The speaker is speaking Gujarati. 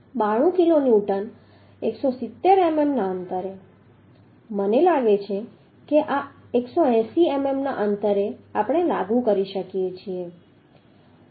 92 કિલોન્યુટન 170 મીમી ના અંતરે મને લાગે છે કે 180 મીમી ના અંતરે આપણે લાગુ કરી શકીએ છીએ